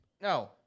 No